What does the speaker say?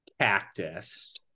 cactus